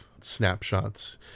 snapshots